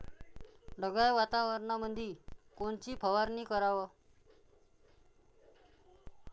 ढगाळ वातावरणामंदी कोनची फवारनी कराव?